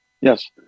Yes